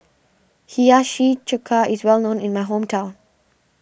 Hiyashi Chuka is well known in my hometown